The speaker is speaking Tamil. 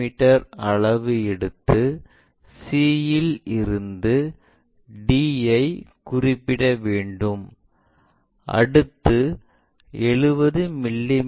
மீ அளவு எடுத்து c இல் இருந்து d ஐ குறிப்பிட வேண்டும் அடுத்து 70 மி